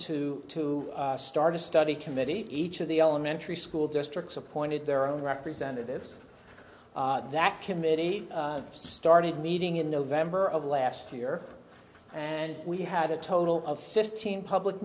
to to start a study committee each of the elementary school districts appointed their own representatives that committee started meeting in november of last year and we had a total of fifteen public